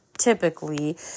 typically